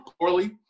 poorly